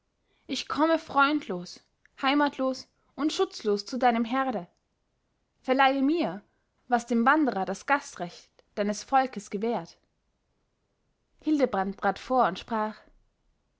ich komme freundlos heimatlos und schutzlos zu deinem herde verleihe mir was dem wanderer das gastrecht deines volkes gewährt hildebrand trat vor und sprach